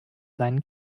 seinen